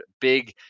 big